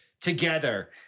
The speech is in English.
together